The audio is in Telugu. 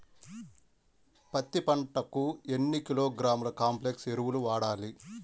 పత్తి పంటకు ఎన్ని కిలోగ్రాముల కాంప్లెక్స్ ఎరువులు వాడాలి?